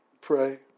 pray